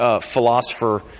philosopher